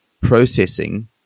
processing